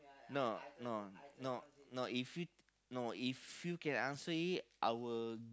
no no no no if you no if you can answer it I will